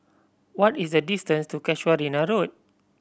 what is the distance to Casuarina Road